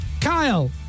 Kyle